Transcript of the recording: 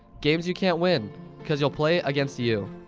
games you can't win cause you'll play against you.